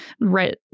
right